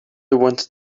wanted